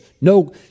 no